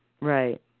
right